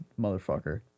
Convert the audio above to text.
motherfucker